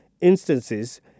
instances